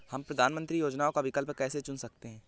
हम प्रधानमंत्री योजनाओं का विकल्प कैसे चुन सकते हैं?